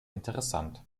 interessant